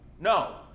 No